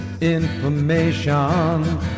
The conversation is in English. Information